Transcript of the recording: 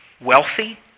wealthy